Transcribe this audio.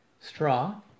straw